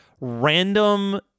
random